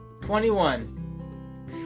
twenty-one